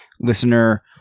listener